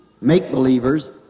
make-believers